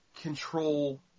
control